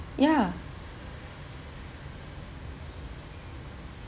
yeah